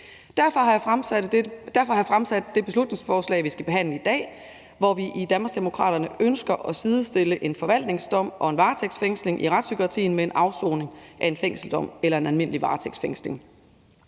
Derfor har jeg fremsat det beslutningsforslag, vi skal behandle i dag, hvor vi i Danmarksdemokraterne ønsker at sidestille en forvaringsdom og en varetægtsfængsling i retspsykiatrien med en afsoning af en fængselsdom eller en almindelig varetægtsfængsling.